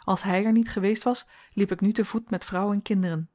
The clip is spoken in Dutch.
als hy er niet geweest was liep ik nu te voet met vrouw en kinderen